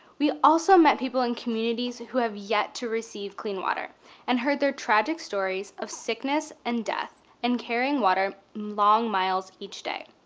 we also met people in communities who have jet yet to receive clean water and heard their tragic stories of sickness and death and carrying water long miles each day.